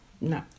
No